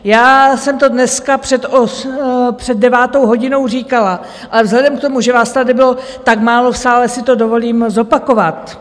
Já jsem to dneska před devátou hodinou říkala, ale vzhledem k tomu, že vás tady bylo tak málo v sále, si to dovolím zopakovat.